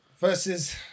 Versus